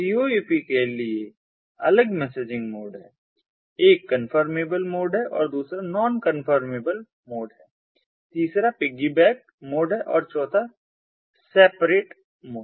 तो CoAP के लिए अलग मैसेजिंग मोड हैं एक कंफर्मेबल मोड है दूसरा नॉन कन्फर्मेबल मोड है तीसरा पिग्गीबैक मोड है और चौथा separateसेपरेट मोड है